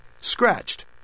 scratched